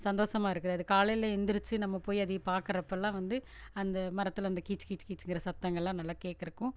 சந்தோசமாக இருக்குது அது காலையில் எந்துருச்சி நம்ம போய் அதை பார்க்குறப்பலாம் வந்து அந்த மரத்தில் அந்த கீச் கீச் கீச்சிங்கிற சத்தங்கள்லாம் நல்லா கேட்குறக்கும்